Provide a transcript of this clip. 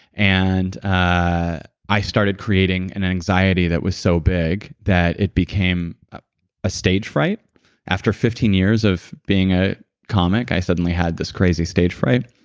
and i i started creating an anxiety that was so big that it became a ah stage fright after fifteen years of being a comic i suddenly had this crazy stage fright.